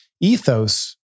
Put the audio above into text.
ethos